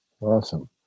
awesome